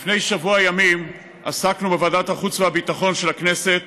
לפני שבוע ימים עסקנו בוועדת החוץ והביטחון של הכנסת